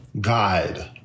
guide